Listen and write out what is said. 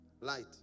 Light